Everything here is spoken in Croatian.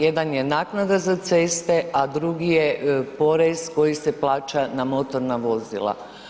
Jedan je naknada za ceste, a drugi je porez koji se plaća na motorna vozila.